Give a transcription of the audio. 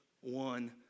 one